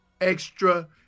Extra